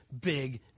big